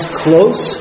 close